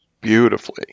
beautifully